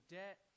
debt